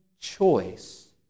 choice